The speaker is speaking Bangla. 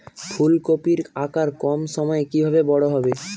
ফুলকপির আকার কম সময়ে কিভাবে বড় হবে?